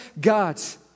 gods